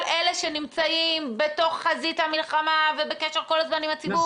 אלה שנמצאים בתוך חזית המלחמה ובקשר כל הזמן עם הציבור,